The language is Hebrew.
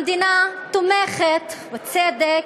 המדינה תומכת, בצדק,